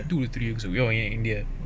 two or three weeks ago ya in india